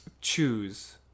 choose